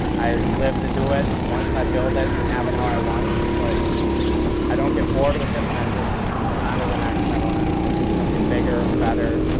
i live to do it. once i build it and have it how i want, it's like i don't get bored with it but i'm just i'm just on to the next. i wanna i wanna do something bigger, better.